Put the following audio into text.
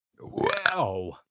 Wow